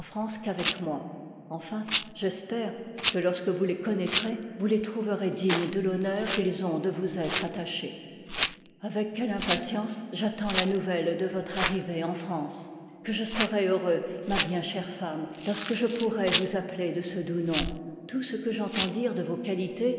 france qu'avec moi enfin j'espère que lorsque vous les connoîtrez vous les trouverez dignes de l'honneur qu'ils ont de vous être attachés avec quelle impatience j'attends la nouvelle de votre arrivée en france que je serai heureux ma bien chère femme lorsque je pourrai vous appeler de ce j doux nom tout ce que j'entends dire de vos qualités